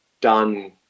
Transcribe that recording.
done